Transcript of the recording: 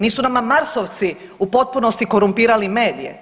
Nisu nama Marsovci u potpunosti korumpirali medije.